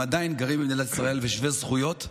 הם עדיין גרים במדינת ישראל ושווי זכויות,